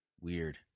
Weird